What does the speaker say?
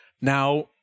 Now